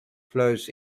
flows